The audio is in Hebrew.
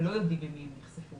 ולא יודעים ממי הם נדבקו,